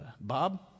Bob